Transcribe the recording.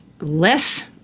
less